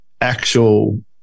actual